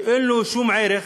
שאין לו שום ערך.